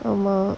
ஆமா:aamaa